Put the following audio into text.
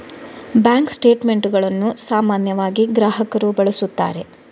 bank ಸ್ಟೇಟ್ ಮೆಂಟುಗಳನ್ನು ಸಾಮಾನ್ಯವಾಗಿ ಗ್ರಾಹಕರು ಬಳಸುತ್ತಾರೆ